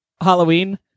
Halloween